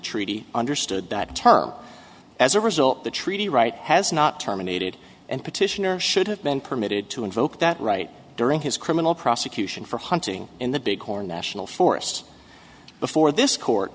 treaty understood that term as a result the treaty right has not terminated and petitioner should have been permitted to invoke that right during his criminal prosecution for hunting in the big or national forest before this court